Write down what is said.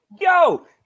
Yo